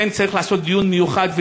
לכן צריך לעשות דיון מיוחד,